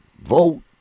vote